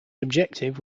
objective